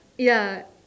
ya